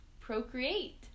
procreate